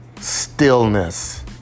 stillness